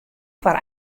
foar